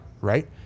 right